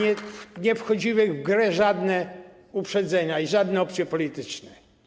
I nie wchodziły w grę żadne uprzedzenia i żadne opcje polityczne.